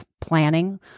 planning